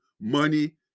money